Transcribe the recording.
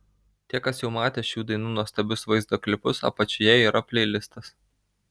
tie kas jau matė šių dainų nuostabius vaizdo klipus apačioje yra pleilistas